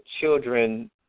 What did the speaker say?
children